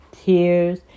Tears